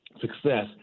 success